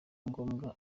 ngombwa